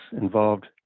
involved